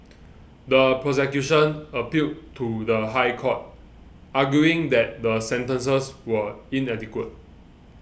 the prosecution appealed to the High Court arguing that the sentences were inadequate